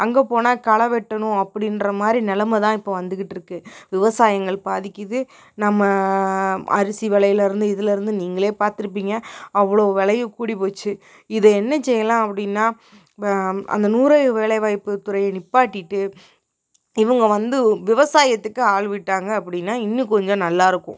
அங்க போனா களை வெட்டணும் அப்படின்ற மாதிரி நிலமதான் இப்ப வந்துகிட்டுருக்கு விவசாயங்கள் பாதிக்குது நம்ம அரிசி விலையிலருந்து இதுலயிருந்து நீங்களே பார்த்துருப்பிங்க அவ்வளோ விலையும் கூடி போச்சு இது என்ன செய்யலாம் அப்படின்னா அந்த நூறு நாள் வேலைவாய்ப்பு துறையை நிப்பாட்டிட்டு இவங்க வந்து விவசாயத்துக்கு ஆள் விட்டாங்க அப்படினா இன்னும் கொஞ்சம் நல்லாயிருக்கும்